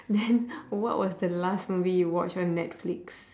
then what was the last movie you watched on netflix